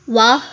ವಾಹ್